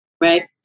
Right